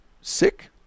sick